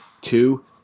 Two